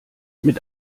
mit